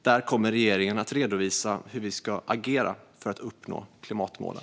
Där kommer regeringen att redovisa hur vi ska agera för att uppnå klimatmålen.